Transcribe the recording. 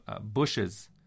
bushes